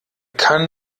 kann